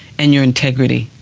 and your integrity